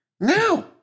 Now